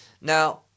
Now